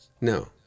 No